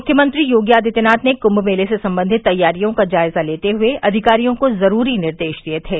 मुख्यमंत्री योगी आदित्यनाथ ने कुम्म मेले से सम्बन्धित तैयारियों का जायजा लेते हए अधिकारियों को जरूरी निर्देश दिये थे